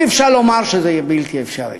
אי-אפשר לומר שזה בלתי אפשרי.